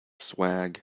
swag